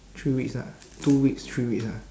three weeks ah two weeks three weeks ah